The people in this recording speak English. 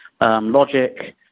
Logic